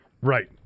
Right